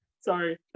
Sorry